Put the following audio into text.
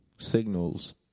Signals